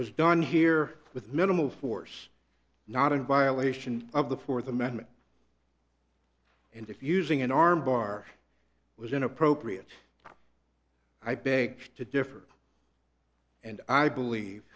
was done here with minimal force not in violation of the fourth amendment and if using an arm bar was inappropriate i beg to differ and i believe